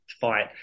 fight